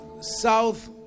South